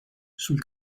sul